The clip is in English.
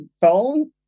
phone